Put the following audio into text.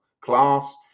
class